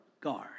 guard